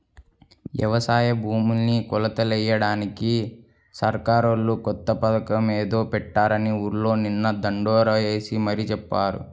యవసాయ భూముల్ని కొలతలెయ్యడానికి సర్కారోళ్ళు కొత్త పథకమేదో పెట్టారని ఊర్లో నిన్న దండోరా యేసి మరీ చెప్పారు